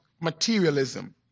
materialism